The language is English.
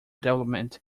development